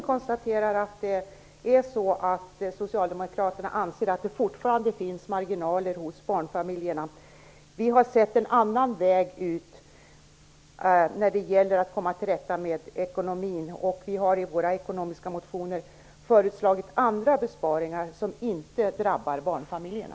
Fru talman! Jag konstaterar att Socialdemokraterna anser att det fortfarande finns marginaler hos barnfamiljerna. Vi har sett en annan väg att komma till rätta med ekonomin, och vi har i våra ekonomiska motioner föreslagit andra besparingar, som inte drabbar barnfamiljerna.